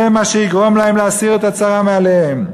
זה מה שיגרום להם להסיר את הצרה מעליהם.